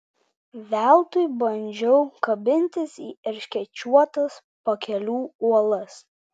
veltui bandžiau kabintis į erškėčiuotas pakelių uolas